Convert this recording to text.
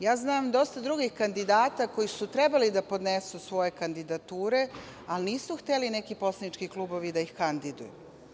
Ja znam dosta drugih kandidata koji su trebali da podnesu svoje kandidature, ali nisu hteli neki poslanički klubovi da ih kandiduju.